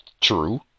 true